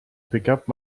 pickup